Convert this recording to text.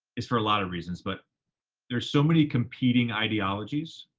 it's for a lot of reasons, but there's so many competing ideologies,